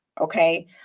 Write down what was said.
Okay